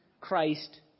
Christ